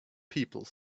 people